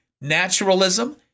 Naturalism